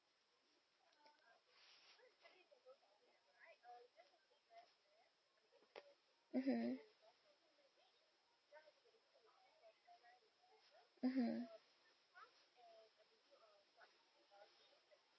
mmhmm mmhmm